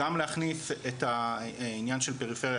גם להכניס את העניין של הפריפריה,